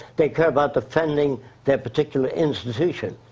they care about defending their particular institution.